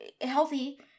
healthy